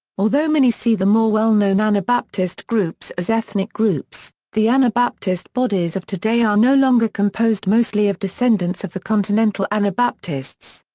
although many see the more well-known anabaptist groups as ethnic groups, the anabaptist bodies of today are no longer composed mostly of descendants of the continental anabaptists.